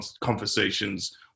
conversations